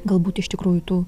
galbūt iš tikrųjų tų